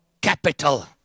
capital